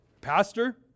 Pastor